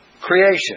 creation